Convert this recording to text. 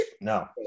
No